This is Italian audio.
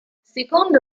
secondo